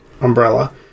umbrella